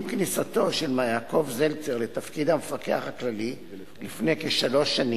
עם כניסתו של מר יעקב זלצר לתפקיד המפקח הכללי לפני כשלוש שנים,